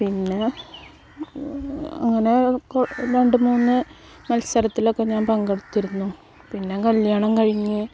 പിന്നെ അങ്ങനെ രണ്ട് മൂന്ന് മത്സരത്തിലൊക്കെ ഞാൻ പങ്കെടുത്തിരുന്നു പിന്നെ കല്യാണം കഴിഞ്ഞു